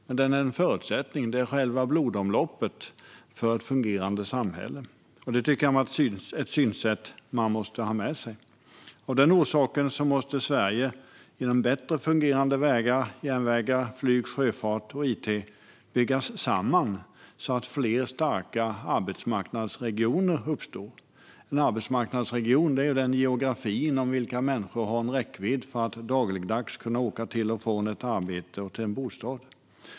Men den är en förutsättning, själva blodomloppet, för ett fungerande samhälle. Detta synsätt tycker jag att man måste ha med sig. Av denna orsak måste Sverige genom bättre fungerande vägar, järnvägar, flyg, sjöfart och it byggas samman så att fler starka arbetsmarknadsregioner uppstår. En arbetsmarknadsregion är den geografi genom vilken människor har en räckvidd för att dagligdags kunna åka till och från ett arbete och en bostad.